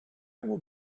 will